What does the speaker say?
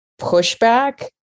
pushback